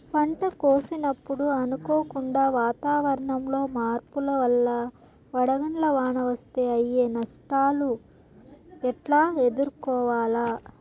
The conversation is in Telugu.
పంట కోసినప్పుడు అనుకోకుండా వాతావరణంలో మార్పుల వల్ల వడగండ్ల వాన వస్తే అయ్యే నష్టాలు ఎట్లా ఎదుర్కోవాలా?